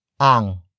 ang